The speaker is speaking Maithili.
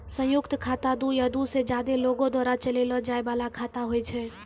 संयुक्त खाता दु या दु से ज्यादे लोगो द्वारा चलैलो जाय बाला खाता होय छै